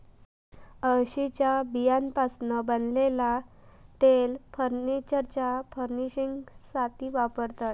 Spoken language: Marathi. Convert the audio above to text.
अळशीच्या बियांपासना बनलेला तेल फर्नीचरच्या फर्निशिंगसाथी वापरतत